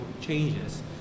changes